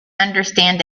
understand